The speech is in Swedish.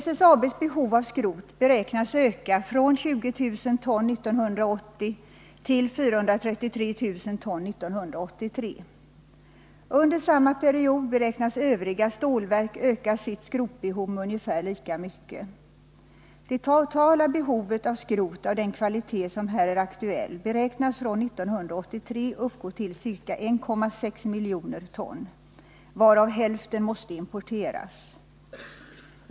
SSAB:s behov av skrot beräknas öka från 20 000 ton 1980 till 433 000 ton 1983. Under samma period beräknas övriga stålverk öka sitt skrotbehov med ungefär lika mycket. Det totala behovet av skrot av den kvalitet som här är aktuell beräknas från 1983 uppgå till ca 1,6 miljoner ton, varav hälften måste importeras.